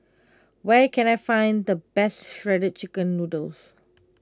where can I find the best Shredded Chicken Noodles